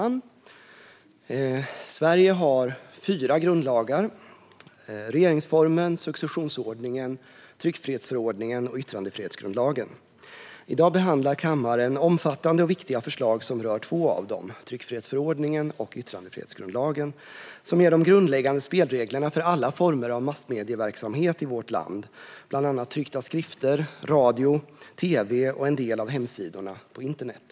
Fru talman! Sverige har fyra grundlagar: regeringsformen, successionsordningen, tryckfrihetsförordningen och yttrandefrihetsgrundlagen. I dag behandlar kammaren omfattande och viktiga förslag som rör två av dem: tryckfrihetsförordningen och yttrandefrihetsgrundlagen. De ger de grundläggande spelreglerna för alla former av massmedieverksamhet i vårt land, bland annat tryckta skrifter, radio, tv och en del av hemsidorna på internet.